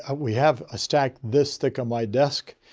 ah we have a stack this thick on my desk.